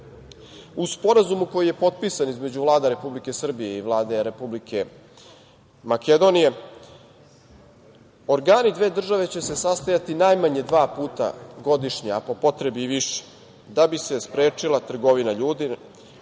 Sporazumu koji je potpisan između Vlade Republike Srbije i Vlade Republike Makedonije organi dve države će se sastajati najmanje dva puta godišnje, a po potrebi i više, da bi se sprečila trgovina ljudi,